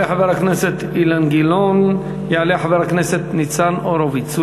חבר הכנסת ניצן הורוביץ.